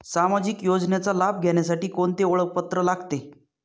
सामाजिक योजनेचा लाभ घेण्यासाठी कोणते ओळखपत्र लागते?